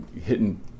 hitting